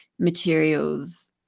materials